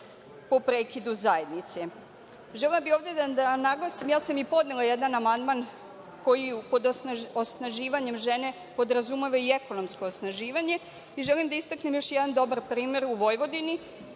po prekidu zajednice. Želela bih da naglasim, podnela sam jedan amandman koji je pod osnaživanjem žene podrazumeva i ekonomsko osnaživanje i želim da istaknem još jedan dobar primer u Vojvodini,